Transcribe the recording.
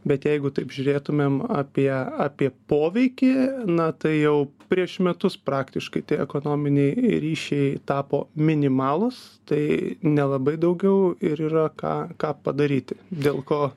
bet jeigu taip žiūrėtumėm apie apie poveikį na tai jau prieš metus praktiškai tie ekonominiai ryšiai tapo minimalūs tai nelabai daugiau ir yra ką ką padaryti dėl ko